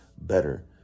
better